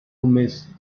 miss